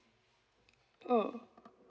mm